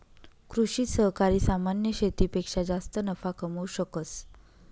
कृषि सहकारी सामान्य शेतीपेक्षा जास्त नफा कमावू शकस